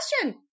question